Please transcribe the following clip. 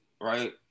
right